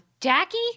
Jackie